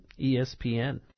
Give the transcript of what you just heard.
ESPN